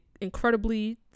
incredibly